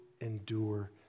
endure